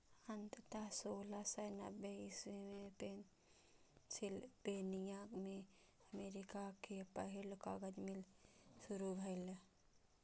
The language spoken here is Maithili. अंततः सोलह सय नब्बे इस्वी मे पेंसिलवेनिया मे अमेरिका के पहिल कागज मिल शुरू भेलै